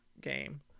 game